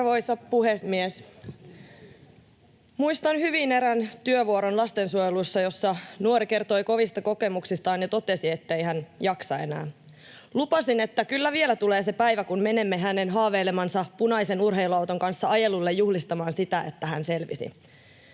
Arvoisa puhemies! Muistan hyvin erään työvuoron lastensuojelussa, jossa nuori kertoi kovista kokemuksistaan ja totesi, ettei hän jaksa enää. Lupasin, että kyllä vielä tulee se päivä, kun menemme hänen haaveilemansa punaisen urheiluauton kanssa ajelulla juhlistamaan sitä, että hän selvisi.